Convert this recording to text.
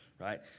right